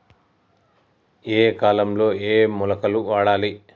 ఏయే కాలంలో ఏయే మొలకలు వాడాలి?